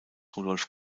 rudolf